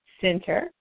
Center